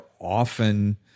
often